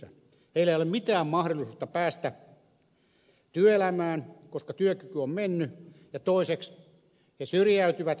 heillä ei ole mitään mahdollisuutta päästä työelämään koska työkyky on mennyt ja toiseksi he syrjäytyvät